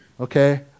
okay